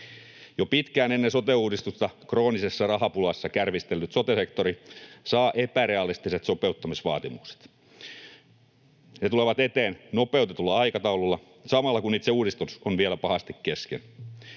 Jo pitkään ennen sote-uudistusta kroonisessa rahapulassa kärvistellyt sote-sektori saa epärealistiset sopeuttamisvaatimukset. Ne tulevat eteen nopeutetulla aikataululla samalla, kun itse uudistus on vielä pahasti kesken.